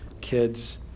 kids